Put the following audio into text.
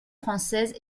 française